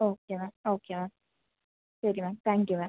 okay ma'am okay ma'am ശരി ma'am thank you ma'am